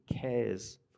cares